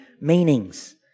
meanings